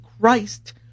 Christ